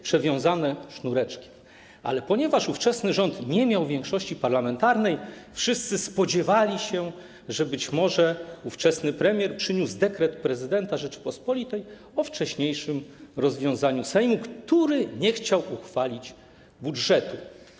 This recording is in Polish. Ponieważ ówczesny rząd nie miał większości parlamentarnej, wszyscy spodziewali się, że być może ówczesny premier przyniósł dekret prezydenta Rzeczypospolitej o wcześniejszym rozwiązaniu Sejmu, który nie chciał uchwalić budżetu.